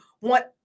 want